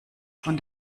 von